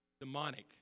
demonic